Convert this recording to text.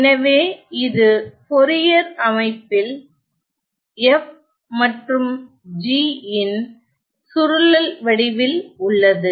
எனவே இது போரியர் அமைப்பில் f மற்றும் g ன் சுருளல் வடிவில் உள்ளது